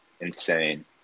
Insane